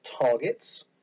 targets